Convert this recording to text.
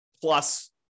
plus